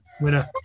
Winner